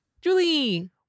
Julie